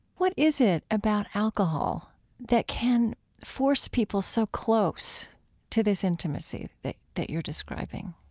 what is it about alcohol that can force people so close to this intimacy that that you're describing?